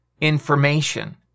information